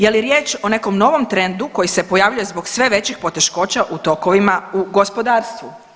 Je li riječ o nekom novom trendu koji se pojavljuje zbog sve većih poteškoća u tokovima u gospodarstvu.